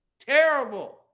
terrible